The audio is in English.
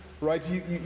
Right